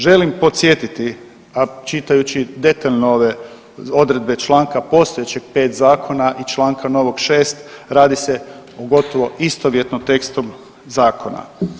Želim podsjetiti, a čitajući detaljno ove odredbe članka postojećeg 5. zakona i članka novog 6. radi se o gotovo istovjetnom tekstu zakona.